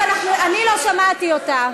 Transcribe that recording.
אני לא שמעתי אותה.